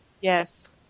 Yes